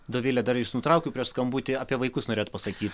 dovile dar jus nutraukiau prieš skambutį apie vaikus norėjot pasakyt